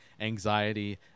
anxiety